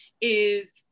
is-